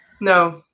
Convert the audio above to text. No